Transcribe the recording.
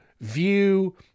view